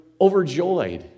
overjoyed